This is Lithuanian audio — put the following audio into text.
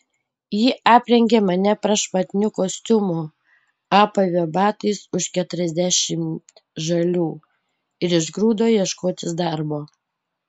ji aprengė mane prašmatniu kostiumu apavė batais už keturiasdešimt žalių ir išgrūdo ieškotis darbo